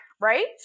right